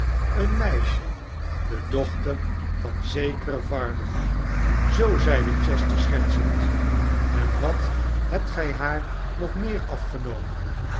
een meisje de dochter van zekeren varden zoo zeide chester schertsend en wat hebt gij haar nog meer afgenomen